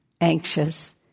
anxious